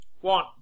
One